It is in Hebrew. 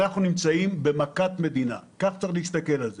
אנחנו נמצאים במכת מדינה, כך צריך להסתכל על זה.